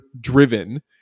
driven